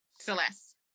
Celeste